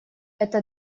эта